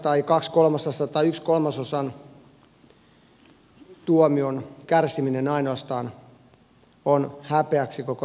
mielestäni tällaisen puolikkaan kahden kolmasosan tai yhden kolmasosan tuomion kärsiminen on ainoastaan häpeäksi koko rikoslaille